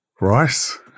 Rice